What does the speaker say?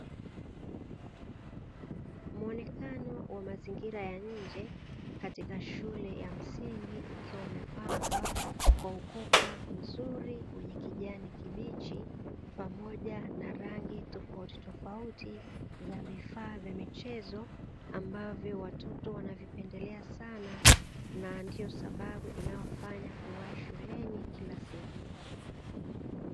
Muonekano wa mazingira ya nje katika shule ya msingi, ukiwa umepambwa kwa ukoka mzuri wenye kijani kibichi pamoja na rangi tofautitofauti za vifaa vya michezo ambavyo watoto wanavipendelea sana, na ndio sababu inayowafanya kuwahi shuleni kila siku.